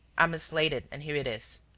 i mislaid it and here it is,